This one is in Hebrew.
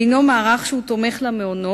שהם מערך שהוא תומך למעונות,